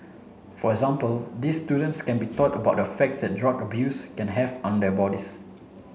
for example these students can be taught about the effects that drug abuse can have on their bodies